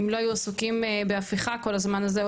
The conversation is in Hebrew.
אם לא היו עסוקים בהפיכה כל הזמן הזה,